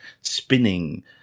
spinning